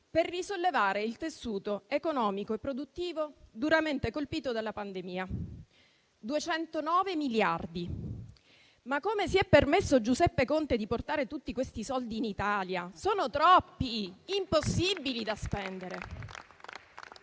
per risollevare il tessuto economico e produttivo duramente colpito dalla pandemia. Si tratta di 209 miliardi. Come si è permesso Giuseppe Conte di portare tutti questi soldi in Italia? Sono troppi, spenderli